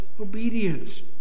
obedience